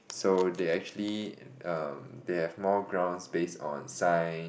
so they actually um they have more grounds based on science